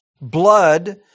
blood